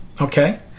okay